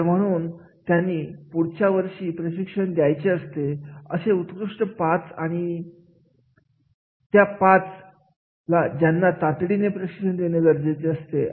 तर म्हणून त्यांना पुढच्या वर्षी प्रशिक्षण द्यायचे असते असे उत्कृष्ट पाच आणि त्यातील पाच यांना तातडीने प्रशिक्षण देणे गरजेचे असते